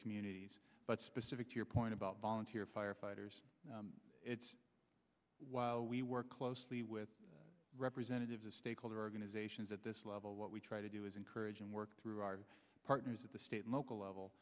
communities but specific to your point about volunteer firefighters it's while we work closely with representatives of stakeholder organizations at this level what we try to do is encourage and work through our partners at the state and local level